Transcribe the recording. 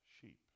sheep